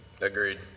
Agreed